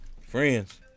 Friends